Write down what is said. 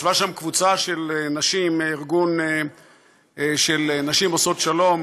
ישבה שם קבוצה של נשים מארגון של נשים עושות שלום.